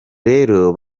rero